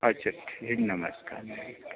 अच्छा ठीक नमस्कार नमस्कार